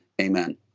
Amen